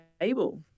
table